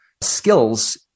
skills